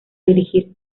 dirigir